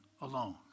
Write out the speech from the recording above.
alone